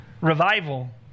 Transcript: revival